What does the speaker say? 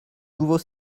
nouveau